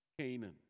Canaan